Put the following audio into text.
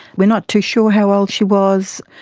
we're not too sure how old she was.